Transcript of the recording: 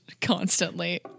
constantly